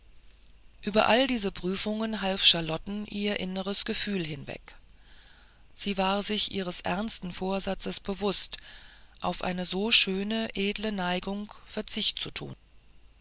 über alle diese prüfungen half charlotten ihr inneres gefühl hinweg sie war sich ihres ernsten vorsatzes bewußt auf eine so schöne edle neigung verzicht zu tun